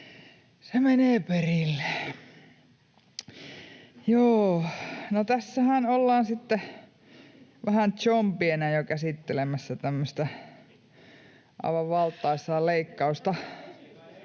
se menee perille. Joo, no tässähän ollaan sitten vähän zombiena jo käsittelemässä tämmöistä aivan valtaisaa leikkausta